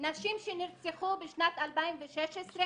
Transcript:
נשים ערביות שנרצחו בשנת 2017-2017,